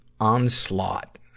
onslaught